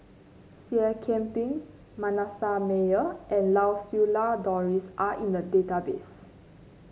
Seah Kian Peng Manasseh Meyer and Lau Siew Lang Doris are in the database